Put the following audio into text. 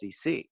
SEC